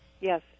Yes